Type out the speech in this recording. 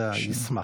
זה הישמ"ח.